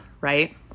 right